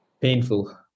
Painful